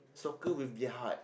soccer with their heart